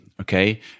Okay